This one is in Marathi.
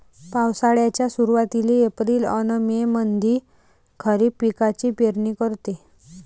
पावसाळ्याच्या सुरुवातीले एप्रिल अन मे मंधी खरीप पिकाची पेरनी करते